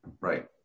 Right